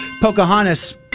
Pocahontas